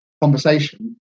conversation